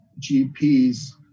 GPs